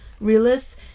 realists